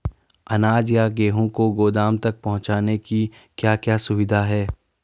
अनाज या गेहूँ को गोदाम तक पहुंचाने की क्या क्या सुविधा है?